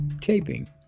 taping